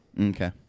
Okay